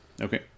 Okay